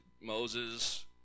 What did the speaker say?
Moses